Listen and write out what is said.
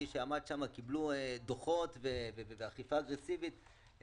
ניתנו לו דוחות והייתה אכיפה אגרסיבית,